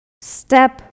step